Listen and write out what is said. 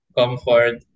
comfort